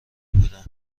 بودن